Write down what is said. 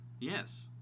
Yes